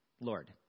Lord